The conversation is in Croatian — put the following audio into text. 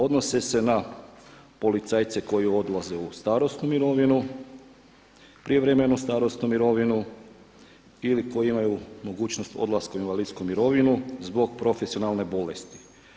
Odnose se na policajce koji odlaze u starosnu mirovinu, prijevremenu starosnu mirovinu ili koji imaju mogućnost odlaska u invalidsku mirovinu zbog profesionalne bolesti.